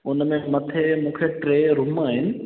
उन में मथे मूंखे टे रूम आहिनि